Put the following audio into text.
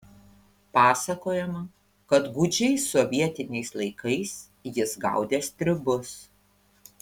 pasakojama kad gūdžiais sovietiniais laikais jis gaudė stribus